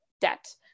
debt